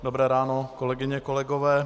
Dobré ráno, kolegyně, kolegové.